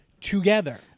together